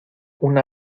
una